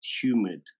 humid